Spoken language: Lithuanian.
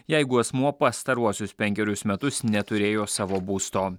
jeigu asmuo pastaruosius penkerius metus neturėjo savo būsto